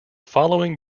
following